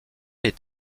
est